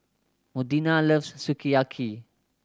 Modena loves Sukiyaki